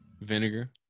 vinegar